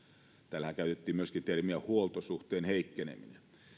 täällähän käytettiin myöskin termiä huoltosuhteen heikkeneminen